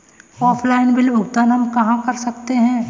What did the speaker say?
Offline bill भुगतान हम कहां कर सकते हैं?